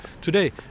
today